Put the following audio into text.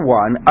one